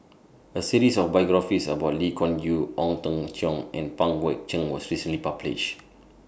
A series of biographies about Lee Kuan Yew Ong Teng Cheong and Pang Guek Cheng was recently published